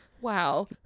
Wow